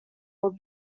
would